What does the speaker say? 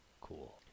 cool